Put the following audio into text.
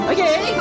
Okay